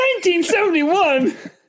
1971